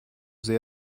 sehr